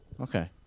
Okay